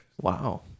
Wow